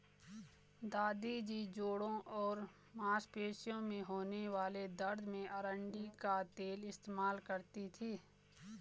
दादी जी जोड़ों और मांसपेशियों में होने वाले दर्द में अरंडी का तेल इस्तेमाल करती थीं